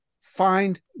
find